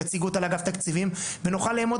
יציגו אותה לאגף תקציבים ונוכל לאמוד